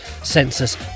census